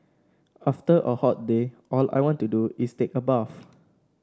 after a hot day all I want to do is take a bath